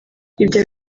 ibyo